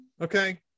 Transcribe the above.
Okay